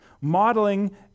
modeling